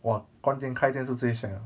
!wah! 关店开店是最 shag 的